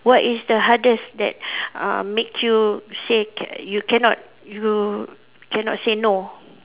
what is the hardest that uh make you say ca~ you cannot you cannot say no